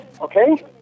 Okay